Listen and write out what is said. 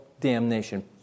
damnation